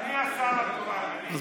אני השר התורן, אדוני.